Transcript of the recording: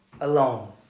alone